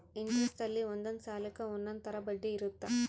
interest ಅಲ್ಲಿ ಒಂದೊಂದ್ ಸಾಲಕ್ಕ ಒಂದೊಂದ್ ತರ ಬಡ್ಡಿ ಇರುತ್ತ